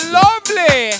lovely